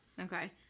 Okay